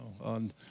on